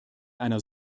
einer